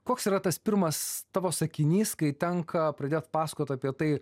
koks yra tas pirmas tavo sakinys kai tenka pradėt pasakot apie tai